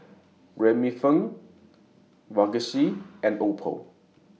Remifemin Vagisil and Oppo